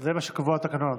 זה מה שקבוע בתקנון,